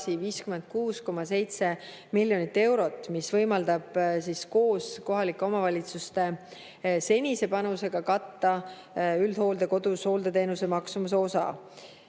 56,7 miljonit eurot, mis võimaldab koos kohalike omavalitsuste senise panusega katta üldhooldekodus hooldeteenuse maksumuse osa.